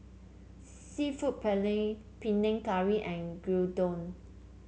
seafood Paella Panang Curry and Gyudon